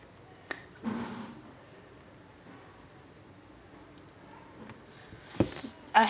I